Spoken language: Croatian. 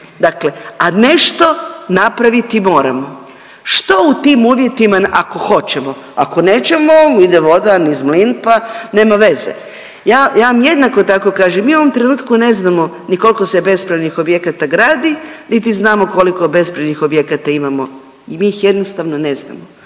Dakle, a nešto napraviti moramo. Što u tim uvjetima ako hoćemo? Ako nećemo, ide voda niz mlin, pa nema veze. Ja vam jednako tako kažem, mi u ovom trenutku ne znamo ni koliko se bespravnih objekata gradi, niti znamo koliko bespravnih objekata imamo. Mi ih jednostavno ne znamo.